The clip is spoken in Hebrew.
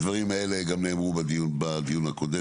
הדברים האלה גם נאמרו בדיון הקודם,